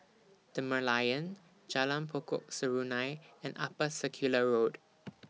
The Merlion Jalan Pokok Serunai and Upper Circular Road